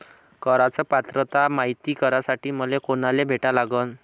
कराच पात्रता मायती करासाठी मले कोनाले भेटा लागन?